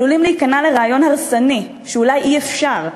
עלולים להיכנע לרעיון הרסני שאולי אי-אפשר,